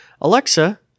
Alexa